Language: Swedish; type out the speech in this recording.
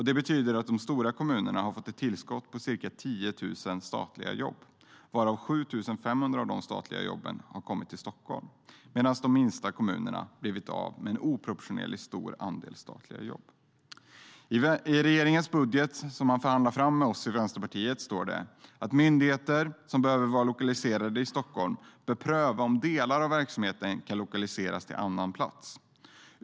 Det betyder att de stora kommunerna fått ett tillskott på ca 10 000 statliga jobb, varav 7 500 har kommit till Stockholm, medan de minsta kommunerna blivit av med en oproportionerligt stor andel statliga jobb.I regeringens budget, som man har förhandlat fram med oss i Vänsterpartiet, står det att "myndigheter som behöver vara lokaliserade i Stockholm bör pröva om delar av verksamheten kan lokaliseras på annan plats.